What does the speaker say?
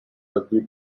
rugby